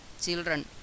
children